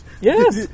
Yes